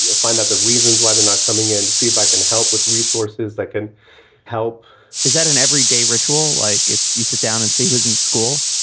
ah find out the reasons why they're not coming and see if i can help with resources that can help is that an everyday ritual? like it's you sit down and see who's in school?